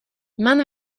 man